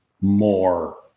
more